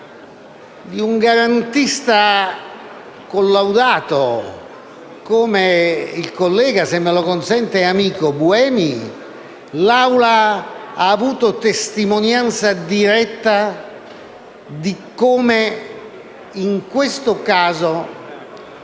di un garantista collaudato come il collega e, se me lo consente, amico Buemi l'Assemblea ha avuto testimonianza diretta di come in questo caso